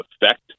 effect